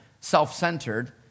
self-centered